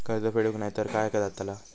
कर्ज फेडूक नाय तर काय जाताला?